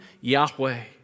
Yahweh